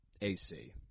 AC